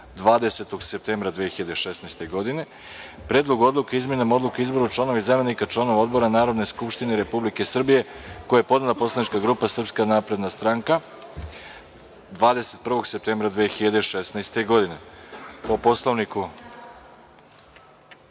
20. septembra 2016. godine, i Predlogu odluke o izmenama Odluke o izboru članova i zamenika članova odbora Narodne skupštine Republike Srbije, koji je podnela poslanička grupa Srpska napredna stranka, od 21. septembra 2016. godine. Reč